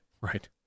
Right